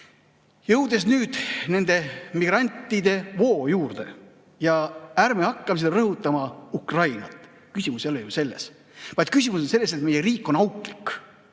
Jõudes nüüd nende migrantide voo juurde – ja ärme hakkame siin rõhutama Ukrainat, küsimus ei ole ju selles –, on küsimus selles, et meie riik on auklik.